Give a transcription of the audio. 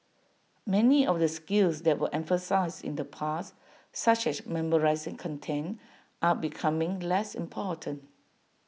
many of the skills that were emphasised in the past such as memorising content are becoming less important